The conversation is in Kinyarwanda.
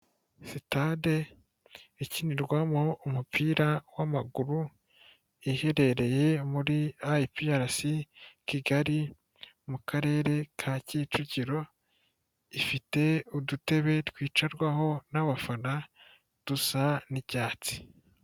Sitade ikinirwamo umupira w'amaguru iherereye muri IPRC Kigali mu karere ka Kicukiro, ifite udutebe twicarwaho n'abafana dusa n'icyatsi.